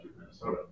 Minnesota